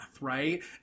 right